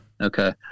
Okay